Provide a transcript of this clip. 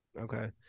Okay